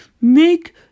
Make